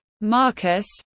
Marcus